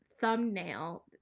thumbnail